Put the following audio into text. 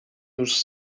już